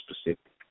specific